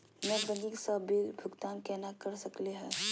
Net banking स bill भुगतान केना कर सकली हे?